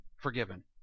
forgiven